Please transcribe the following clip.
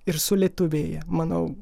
ir sulietuvėja manau